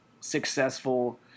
successful